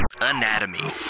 Anatomy